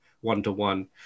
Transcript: one-to-one